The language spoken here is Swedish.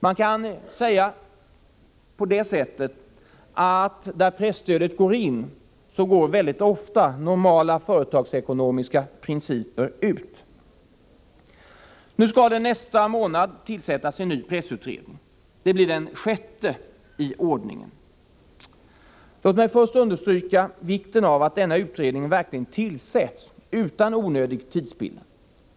Man kan säga att där presstödet går in, går mycket ofta normala företagsekonomiska principer ut. Nu skall det nästa månad tillsättas en ny pressutredning. Det blir den sjätte i ordningen. Låt mig först understryka vikten av att denna utredning verkligen tillsätts utan onödig tidsspillan.